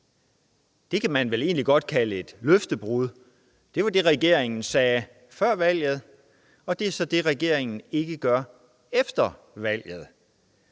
Det kan man vel egentlig godt kalde et løftebrud. Det var det, regeringen sagde før valget, og det er så det, regeringen ikke gør efter valget.